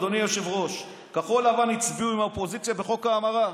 אדוני היושב-ראש: כחול לבן הצביעו עם האופוזיציה בחוק ההמרה.